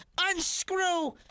unscrew